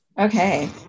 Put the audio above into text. Okay